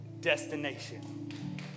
destination